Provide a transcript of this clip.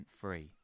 free